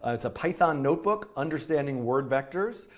it's a python notebook, understanding word vectors,